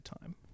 time